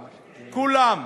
כולם,